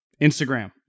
Instagram